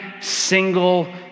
single